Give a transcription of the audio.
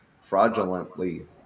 fraudulently